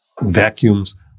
vacuums